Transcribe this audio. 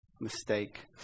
mistake